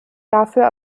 dafür